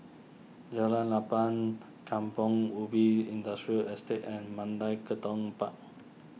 Jalan Lapang Kampong Ubi Industrial Estate and Mandai Tekong Park